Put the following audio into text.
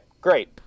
great